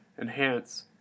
enhance